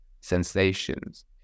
sensations